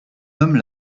homme